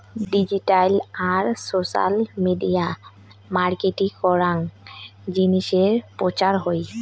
digital আর social media marketing করাং জিনিসের প্রচার হই